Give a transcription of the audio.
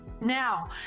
Now